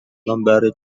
memberi